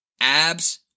Abs